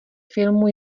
filmu